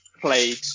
played